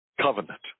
covenant